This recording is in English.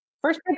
First